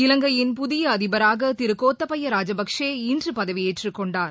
இலங்கையின் புதிய அதிபராக திரு கோத்தபயா ராஜபக்ஷே இன்று பதவியேற்றுக் கொண்டார்